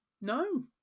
no